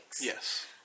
Yes